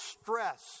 stress